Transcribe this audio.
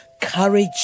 courage